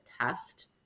test